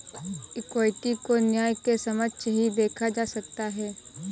equity को न्याय के समक्ष ही देखा जा सकता है